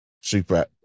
super